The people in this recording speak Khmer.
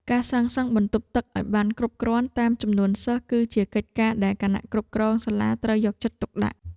ការសាងសង់បន្ទប់ទឹកឱ្យបានគ្រប់គ្រាន់តាមចំនួនសិស្ស គឺជាកិច្ចការដែលគណៈគ្រប់គ្រងសាលាត្រូវយកចិត្តទុកដាក់។